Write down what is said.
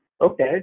Okay